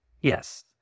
Yes